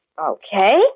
Okay